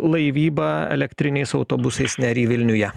laivybą elektriniais autobusais nery vilniuje